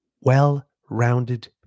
well-rounded